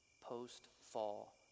post-fall